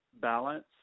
balance